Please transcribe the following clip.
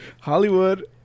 hollywood